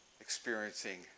experiencing